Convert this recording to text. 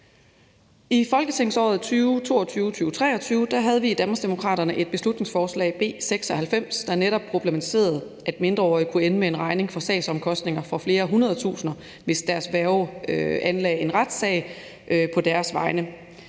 I folketingsåret 2022-23 fremsatte vi i Danmarksdemokraterne beslutningsforslag B 96, der netop problematiserede, at mindreårige kunne ende med en regning for sagsomkostninger på flere hundrede tusinde kroner, hvis deres værge anlagde en retssag på deres vegne.